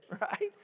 right